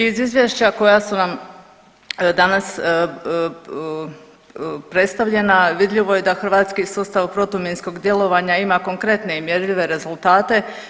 Iz izvješća koja su nam danas predstavljena vidljivo je da hrvatski sustav protuminskog djelovanja ima konkretne i mjerljive rezultate.